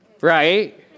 right